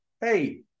Hey